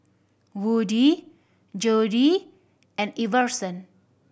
Woodie Jody and Iverson